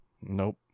Nope